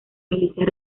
milicias